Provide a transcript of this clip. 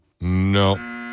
No